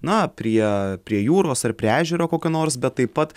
na prie prie jūros ar prie ežero kokio nors bet taip pat